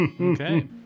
okay